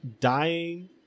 dying